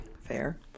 Fair